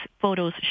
photos